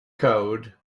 code